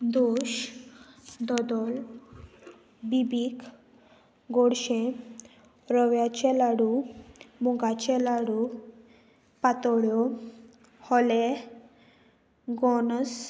दोश दोदोल बीबीक गोडशें रव्याचे लाडू मुगाचे लाडू पातोळ्यो हॉले गोंस